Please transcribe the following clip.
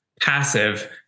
passive